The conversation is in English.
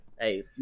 Hey